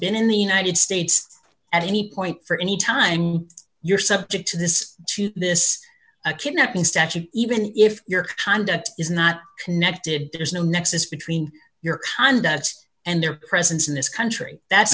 been in the united states at any point for any time you're subject to this to this a kidnapping statute even if your conduct is not connected to there's no nexus between your conduct and their presence in this country that